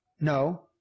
No